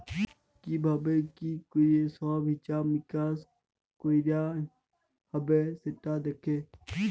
কি ভাবে কি ক্যরে সব হিছাব মিকাশ কয়রা হ্যবে সেটা দ্যাখে